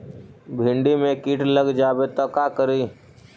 भिन्डी मे किट लग जाबे त का करि?